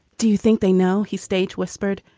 do you think they know? he stage whispered.